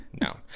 no